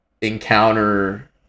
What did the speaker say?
encounter